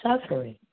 suffering